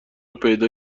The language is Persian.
پیدا